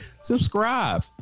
Subscribe